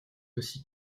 aussi